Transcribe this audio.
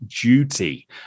duty